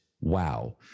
wow